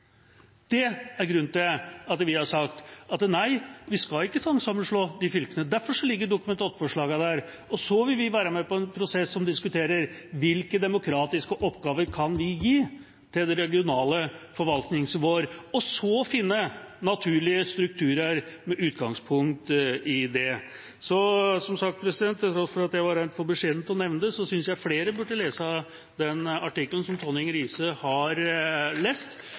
Det er grunnen til at vi har sagt: Nei, vi skal ikke tvangssammenslå de fylkene. Derfor ligger Dokument 8-forslagene her. Og så vil vi være med på en prosess som diskuterer hvilke demokratiske oppgaver vi kan gi til regionale forvaltningsnivåer, og så finne naturlige strukturer med utgangspunkt i det. Som sagt, til tross for at jeg var rent for beskjeden til å nevne det, synes jeg flere burde lese den artikkelen som Kristian Tonning Riise har lest.